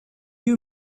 you